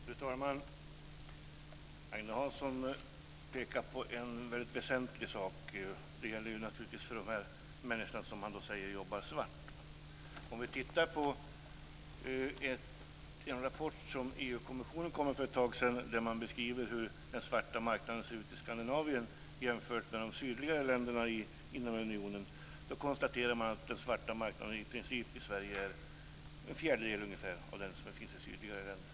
Fru talman! Agne Hansson pekar på en väldigt väsentlig sak. Det gäller de människor som han säger jobbar svart. I en rapport som EG-kommissionen kom med för ett tag sedan och där man beskriver hur den svarta marknaden ser ut i Skandinavien jämfört med de sydligare länderna inom unionen konstaterar man att den svarta marknaden i Sverige i princip är ungefär en fjärdedel av den som finns i sydligare länder.